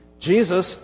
Jesus